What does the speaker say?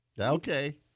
Okay